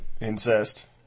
incest